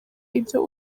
ibyo